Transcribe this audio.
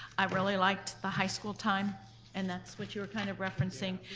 i really liked the high school time and that's what you were kind of referencing.